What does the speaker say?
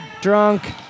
drunk